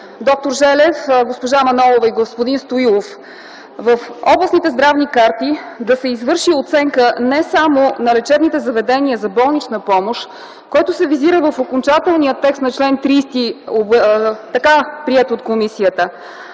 на д-р Желев, госпожа Манолова и господин Стоилов. В областните здравни карти да се извърши оценка не само на лечебните заведения за болнична помощ, което се визира в окончателния текст на чл. 30, така приет от комисията,